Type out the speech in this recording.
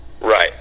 right